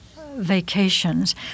vacations